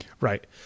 Right